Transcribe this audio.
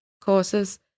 Courses